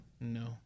No